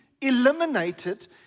eliminated